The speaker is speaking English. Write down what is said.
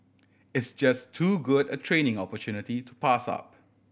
it's just too good a training opportunity to pass up